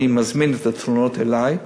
אני מזמין את התלונות אלי,